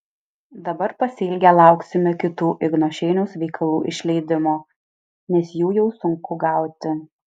dabar pasiilgę lauksime kitų igno šeiniaus veikalų išleidimo nes jų jau sunku gauti